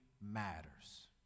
matters